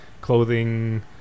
clothing